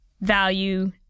value